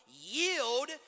yield